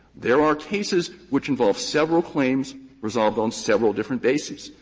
there are cases which involve several claims resolved on several different bases.